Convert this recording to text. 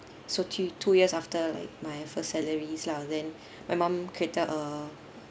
so two two years after like my first salary's lah then my mum created a